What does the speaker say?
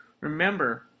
remember